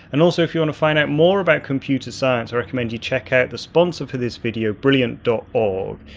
and also if you want to find out more about computer science i recommend you check out the sponsor for this video brilliant dot org.